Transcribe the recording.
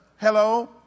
Hello